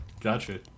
Gotcha